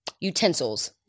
Utensils